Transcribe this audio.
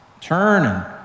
turn